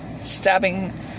stabbing